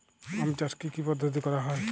আম চাষ কি কি পদ্ধতিতে করা হয়?